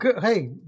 Hey